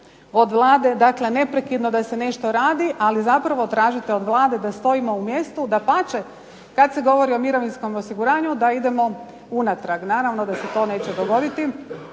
od Vlade neprekidno da se nešto radi, ali zapravo tražite od Vlade da stojimo u mjestu, dapače kada se govori o mirovinskom osiguranju da idemo unatrag. Naravno da se to neće dogoditi.